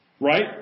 Right